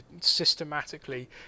systematically